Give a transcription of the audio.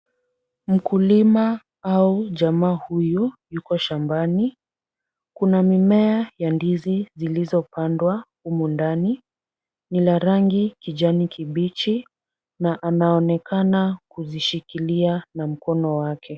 Mkulima au jamaa huyu yuko shambani. Kuna mimea ya ndizi zilizopandwa humu ndani. Ni la rangi kijani kibichi na anaonekana kuzishikilia na mkono wake.